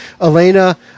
Elena